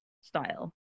style